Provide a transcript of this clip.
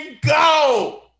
go